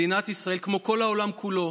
מדינת ישראל, כמו כל העולם כולו,